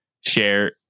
share